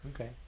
Okay